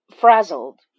frazzled